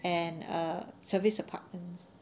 and err service apartments